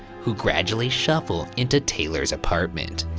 who gradually shuffle into taylor's apartment.